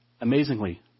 amazingly